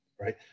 right